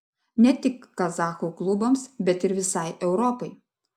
ne tik kazachų klubams bet ir visai europai